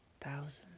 thousands